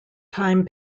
time